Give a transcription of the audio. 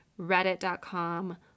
Reddit.com